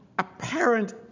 Apparent